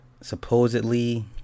supposedly